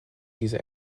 diese